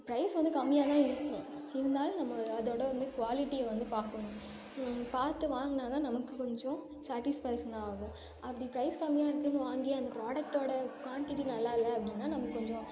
price வந்து கம்மியாக தான் இருக்கும் இருந்தாலும் நம்ம அதோடய வந்து குவாலிட்டிய வந்து பாக்கணும் பார்த்து வாங்கினா தான் நமக்கு கொஞ்சம் சாட்டிஸ்ஃபேக்ஷன் ஆகும் அப்படி ப்ரைஸ் கம்மியாக இருக்குதுன்னு வாங்கி அந்த ப்ராடக்ட்டோடய க்வாண்டிட்டி நல்லா இல்லை அப்படின்னா நமக்கு கொஞ்சம்